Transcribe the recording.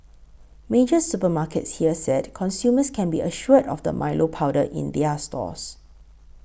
major supermarkets here said consumers can be assured of the Milo powder in their stores